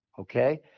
Okay